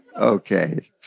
Okay